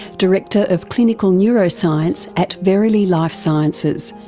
director of clinical neuroscience at verily life sciences,